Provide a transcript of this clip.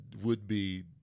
would-be